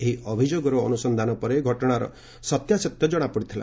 ଏହି ଅଭିଯୋଗର ଅନୁସନ୍ଧାନ ପରେ ଘଟଣାର ସତ୍ୟତା କ୍ଷଣାପଡ଼ିଥିଲା